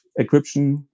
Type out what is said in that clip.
encryption